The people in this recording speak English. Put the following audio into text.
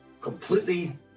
completely